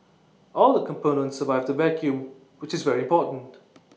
all the components survived the vacuum which is very important